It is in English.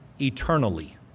eternally